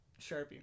Sharpie